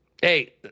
Hey